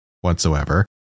whatsoever